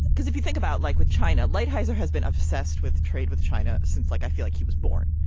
because if you think about like with china light, heizer has been obsessed with trade with china since like, i feel like he was born,